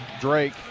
Drake